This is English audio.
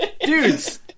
Dudes